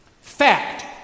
Fact